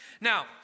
Now